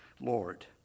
Lord